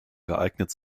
geeignet